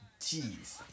jeez